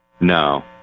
No